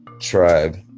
tribe